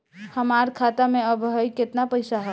हमार खाता मे अबही केतना पैसा ह?